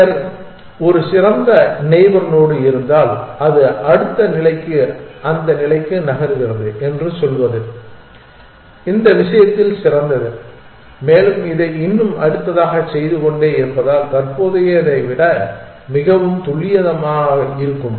பின்னர் ஒரு சிறந்த நெய்பர் நோடு இருந்தால் அது அடுத்த நிலைக்கு அந்த நிலைக்கு நகர்கிறது என்று சொல்வது இந்த விஷயத்தில் சிறந்தது மேலும் இதை இன்னும் அடுத்ததாக செய்து கொண்டே இருப்பதால் தற்போதையதை விட மிகவும் துல்லியமாக இருக்கும்